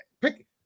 pick